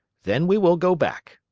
then we will go back.